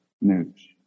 news